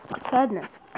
sadness